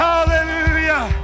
Hallelujah